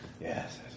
Yes